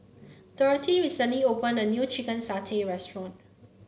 Dorathy recently opened a new Chicken Satay Restaurant